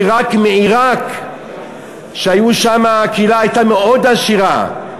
כי רק מעיראק, הקהילה שם הייתה מאוד עשירה,